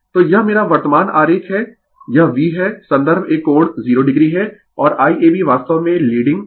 तो यह मेरा वर्तमान आरेख है यह V है संदर्भ एक कोण 0 o है और Iab वास्तव में लीडिंग वोल्टेज 103 o है